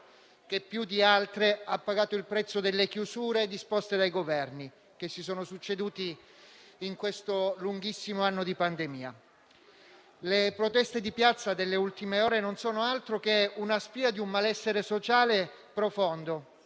che più di altre ha pagato il prezzo delle chiusure disposte dai Governi che si sono succeduti in questo lunghissimo anno di pandemia. Le proteste di piazza delle ultime ore non sono altro che una spia di un malessere sociale profondo,